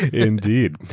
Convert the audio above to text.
indeed.